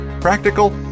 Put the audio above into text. Practical